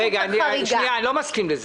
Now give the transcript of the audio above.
אני מסכים.